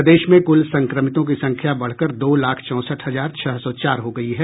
प्रदेश में कुल संक्रमितों की संख्या बढ़कर दो लाख चौंसठ हजार छह सौ चार हो गयी है